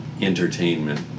entertainment